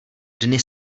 dny